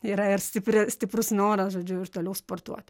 yra ir stipri stiprus noras žodžiu ir toliau sportuoti